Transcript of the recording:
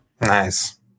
Nice